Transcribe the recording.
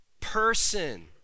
person